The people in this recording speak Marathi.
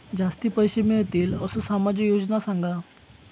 जास्ती पैशे मिळतील असो सामाजिक योजना सांगा?